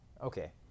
Okay